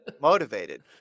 motivated